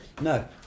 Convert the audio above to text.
No